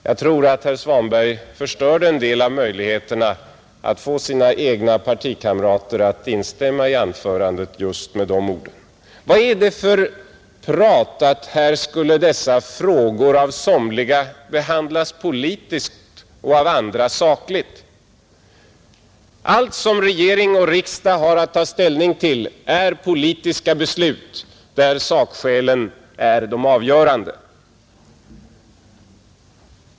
Jag tror att herr Svanberg förstörde en del av möjligheterna att få sina egna partikamrater att instämma i anförandet just med de orden. Vad är det för prat att dessa frågor av somliga skulle behandlas politiskt och av andra sakligt? Allt som regering och riksdag har att ta ställning till utmynnar i politiska beslut, där sakskälen är de avgörande.